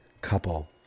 couple